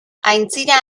aintzira